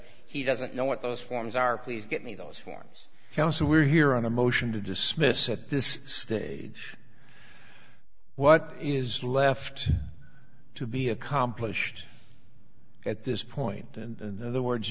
he doesn't know what those forms are please get me those forms and also we're here on the motion to dismiss at this stage what is left to be accomplished at this point and the words